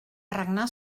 regnar